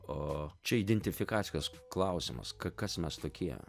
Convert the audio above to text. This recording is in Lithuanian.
o čia identifikacijos klausimas kas mes tokie